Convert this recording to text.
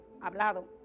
hablado